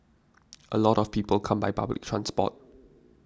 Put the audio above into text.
a lot of people come by public transport